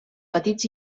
petits